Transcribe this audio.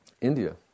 India